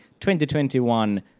2021